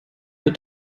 wird